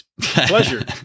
pleasure